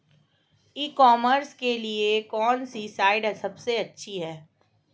ई commerce के लिए कौनसी साइट सबसे अच्छी है?